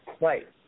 Right